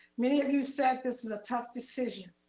many of you said, this is a tough decision.